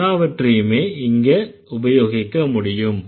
எல்லாவற்றையுமே இங்க உபயோகிக்க முடியும்